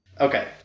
Okay